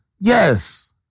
yes